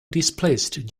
displaced